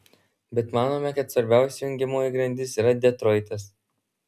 bet manome kad svarbiausia jungiamoji grandis yra detroitas